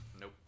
Nope